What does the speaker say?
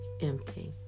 empty